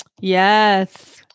Yes